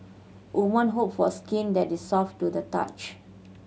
woman hope for skin that is soft to the touch